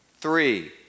Three